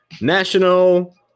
National